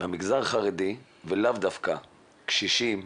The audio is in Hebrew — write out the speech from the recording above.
מהמגזר החרדי ולאו דווקא, קשישים,